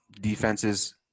defenses